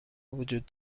وجود